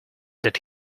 that